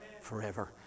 forever